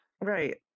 right